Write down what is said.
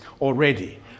already